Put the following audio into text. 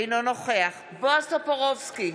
אינו נוכח בועז טופורובסקי,